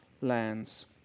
lands